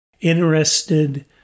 interested